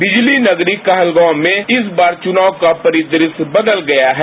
बिजली नगरी कहलगांव में इस बार चुनाव का परिदृश्य बदल गया है